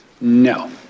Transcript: No